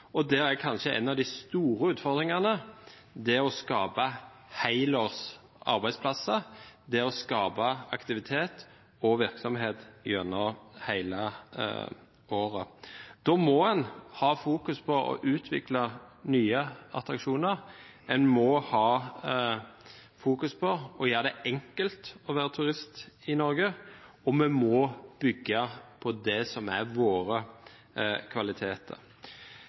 og der er kanskje en av de store utfordringene å skape helårs arbeidsplasser – det å skape aktivitet og virksomhet gjennom hele året. Da må en fokusere på å utvikle nye attraksjoner, en må fokusere på å gjøre det enkelt å være turist i Norge, og vi må bygge på det som er våre kvaliteter.